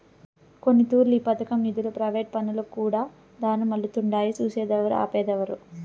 కొన్నితూర్లు ఈ పదకం నిదులు ప్రైవేటు పనులకుకూడా దారిమల్లతుండాయి సూసేదేవరు, ఆపేదేవరు